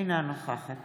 אינה נוכחת